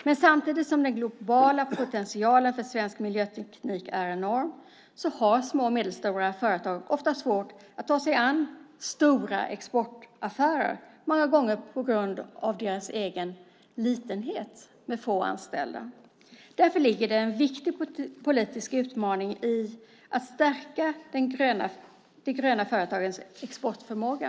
Men samtidigt som den globala potentialen för svensk miljöteknik är enorm har små och medelstora företag ofta svårt att ta sig an stora exportaffärer, många gånger på grund av deras egen litenhet med få anställda. Därför ligger en viktig politisk utmaning i att stärka de gröna företagens exportförmåga.